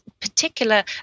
particular